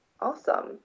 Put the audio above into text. Awesome